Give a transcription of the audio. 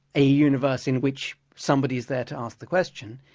a universe in which somebody is there to ask the question,